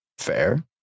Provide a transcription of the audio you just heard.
Fair